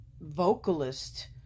vocalist